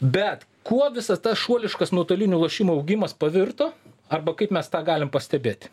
bet kuo visas tas šuoliškas nuotolinių lošimų augimas pavirto arba kaip mes tą galim pastebėti